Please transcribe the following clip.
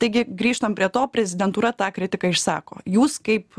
taigi grįžtam prie to prezidentūra tą kritiką išsako jūs kaip